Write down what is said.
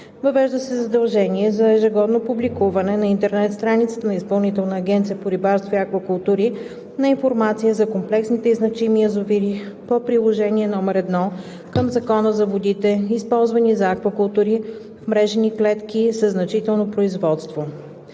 Въвежда се задължение за ежегодно публикуване на интернет страницата на Изпълнителна агенция по рибарство и аквакултури на информация за комплексните и значими язовири по приложение № 1 към Закона за водите, използвани за аквакултури в мрежени клетки със значително производство.